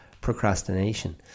procrastination